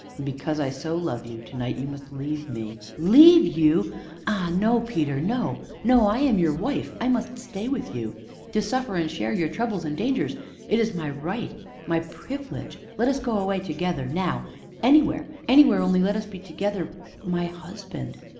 because i so love you to-night you must leave me leave you no, peter no no, i am your wife i must stay with you to suffer and share your troubles and dangers it is my right my privilege. let us go away together, now anywhere anywhere, only let us be together my husband.